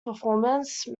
performance